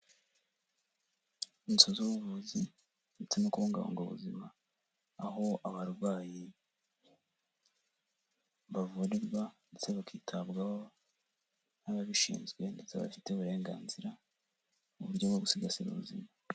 Inzu z'ubuvuzi ndetse no kubungabunga ubuzima, aho abarwayi bavurirwa ndetse bakitabwaho n'ababishinzwe ndetse bafite uburenganzira mu buryo bwo gusigasira ubuzima.